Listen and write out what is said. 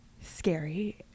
scary